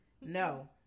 No